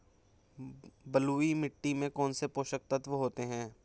बलुई मिट्टी में कौनसे पोषक तत्व होते हैं?